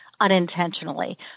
unintentionally